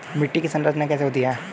मिट्टी की संरचना कैसे होती है?